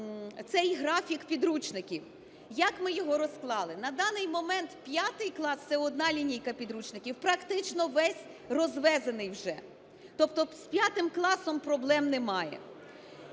цей графік підручників. Як ми його розклали? На даний момент 5-й клас – це одна лінійка підручників, практично весь розвезений вже. Тобто з 5-м класом проблем немає.